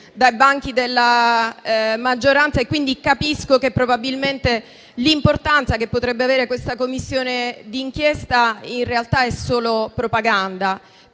brusìo dalla maggioranza e quindi capisco che probabilmente l'importanza che potrebbe avere questa Commissione di inchiesta in realtà è solo propaganda.